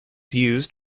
used